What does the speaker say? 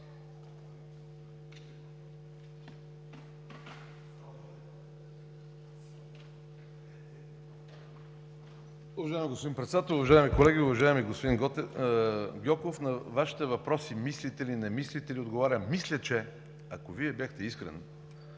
Уважаеми господин Председател, уважаеми колеги! Уважаеми господин Гьоков, на Вашите въпроси – мислите ли, не мислите ли, отговарям: мисля, че, ако Вие бяхте искрен